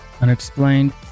unexplained